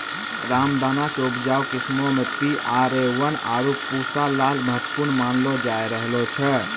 रामदाना के उपजाऊ किस्मो मे पी.आर.ए वन, आरु पूसा लाल महत्वपूर्ण मानलो जाय रहलो छै